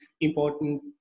important